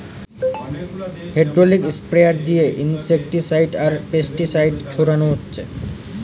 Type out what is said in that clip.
hydraulic sprayer দিয়ে insecticide আর pesticide ছোড়ানা হচ্ছে